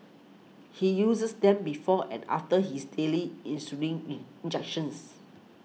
he uses them before and after his daily insulin in injections